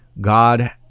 god